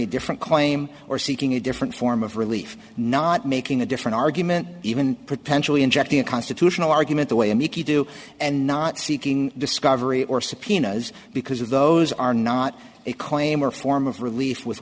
a different claim or seeking a different form of relief not making a different argument even potentially injecting a constitutional argument the way a mickey do and not seeking discovery or subpoenas because those are not a claim or form of relief with